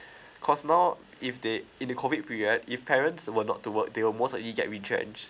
cause no if they in the COVID period if parents were not to work they will most likely get retrenched